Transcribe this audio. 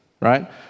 right